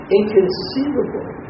inconceivable